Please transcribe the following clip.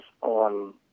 on